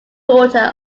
daughter